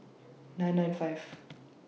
nine nine five